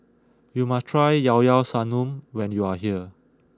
you must try Llao Llao Sanum when you are here